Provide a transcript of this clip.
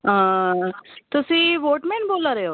आं तुसी बोट मैन बोल्ला दे ओ